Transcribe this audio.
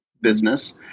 business